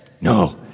No